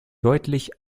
deutlich